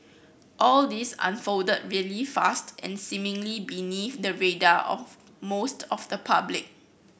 all this unfolded really fast and seemingly beneath the radar of most of the public